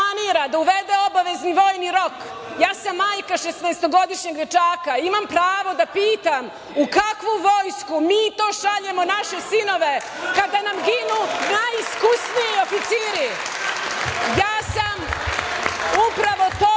da uvede obavezni vojni rok, ja sam majka šesnaestogodišnjeg dečaka, imam pravo da pitam u kakvu vojsku mi to šaljemo naše sinove, kada nam ginu najiskusniji oficiri? Ja sam upravo to